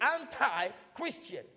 anti-christian